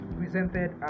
presented